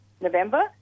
November